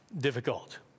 difficult